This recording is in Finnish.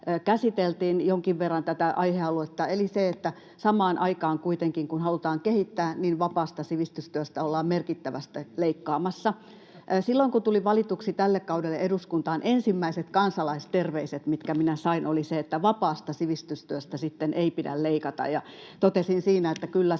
käsiteltiin jonkin verran eli se, että kuitenkin samaan aikaan kun halutaan kehittää, niin vapaasta sivistystyöstä ollaan merkittävästi leikkaamassa. Silloin kun tulin valituksi tälle kaudelle eduskuntaan, niin ensimmäiset kansalaisterveiset, mitkä minä sain, olivat ne, että vapaasta sivistystyöstä sitten ei pidä leikata. Totesin siinä, että kyllä,